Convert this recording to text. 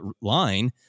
line